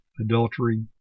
adultery